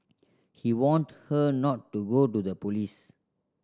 he warned her not to go to the police